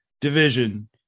division